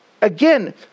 Again